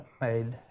made